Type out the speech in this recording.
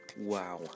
Wow